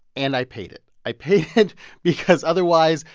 and i paid it. i paid it because otherwise,